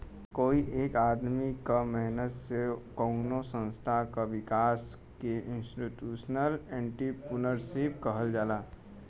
कोई एक आदमी क मेहनत से कउनो संस्था क विकास के इंस्टीटूशनल एंट्रेपर्नुरशिप कहल जाला